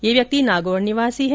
ये व्यक्ति नागौर निवासी है